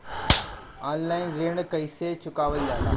Online ऋण कईसे चुकावल जाला?